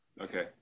Okay